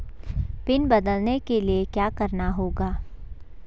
Pin बदलने के लिए क्या करना होगा?